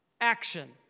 action